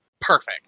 perfect